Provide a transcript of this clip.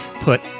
Put